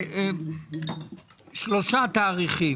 יש שלושה תאריכים: